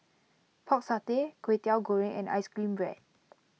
Pork Satay Kway Teow Goreng and Ice Cream Bread